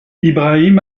ibrahim